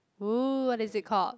what is it called